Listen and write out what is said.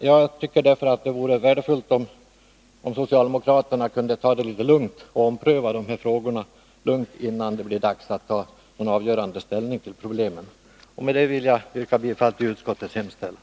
Jag tycker därför att det vore värdefullt om socialdemokraterna kunde ta det litet lugnt och ompröva de här frågorna innan det blir dags att ta någon avgörande ställning till problemen. Med detta vill jag yrka bifall till utskottets hemställan.